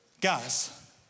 guys